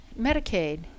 Medicaid